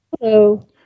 Hello